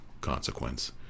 consequence